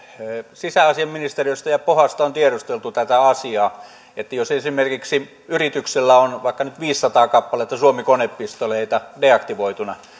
sisäasiainministeriöstä ja pohasta on tiedusteltu tätä asiaa että jos esimerkiksi yrityksellä on on vaikka nyt viisisataa kappaletta suomi konepistooleita deaktivoituna